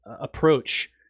approach